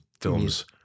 films